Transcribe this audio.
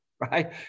right